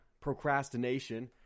procrastination